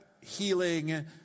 healing